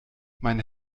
mein